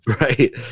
Right